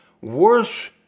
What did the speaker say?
worse